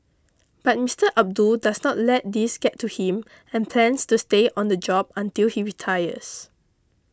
but Mister Abdul does not let these get to him and plans to stay on the job until he retires